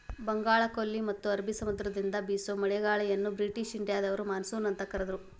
ಬಂಗಾಳಕೊಲ್ಲಿ ಮತ್ತ ಅರಬಿ ಸಮುದ್ರದಿಂದ ಬೇಸೋ ಮಳೆಗಾಳಿಯನ್ನ ಬ್ರಿಟಿಷ್ ಇಂಡಿಯಾದವರು ಮಾನ್ಸೂನ್ ಅಂತ ಕರದ್ರು